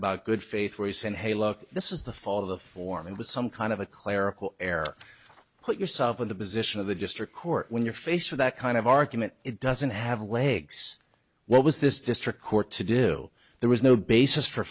about good faith where he said hey look this is the fault of the foreman with some kind of a clerical error put yourself in the position of the district court when you're faced with that kind of argument it doesn't have legs what was this district court to do there was no basis for